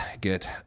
get